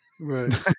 Right